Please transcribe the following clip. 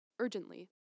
urgently